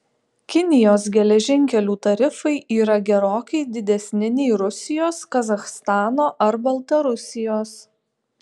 kinijos geležinkelių tarifai yra gerokai didesni nei rusijos kazachstano ar baltarusijos